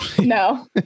no